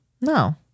No